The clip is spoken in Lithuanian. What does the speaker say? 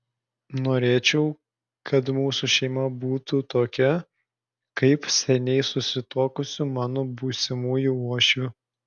norėčiau kad mūsų šeima būtų tokia kaip seniai susituokusių mano būsimųjų uošvių